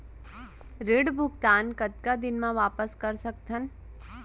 ऋण भुगतान कतका दिन म वापस कर सकथन?